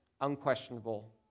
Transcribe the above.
unquestionable